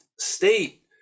state